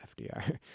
fdr